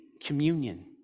Communion